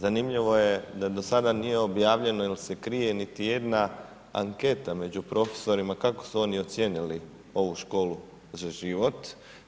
Zanimljivo je da do sad nije obavljano, jer se krije niti jedna anketa među profesorima, kako su oni ocijenili ovu školu za život.